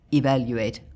evaluate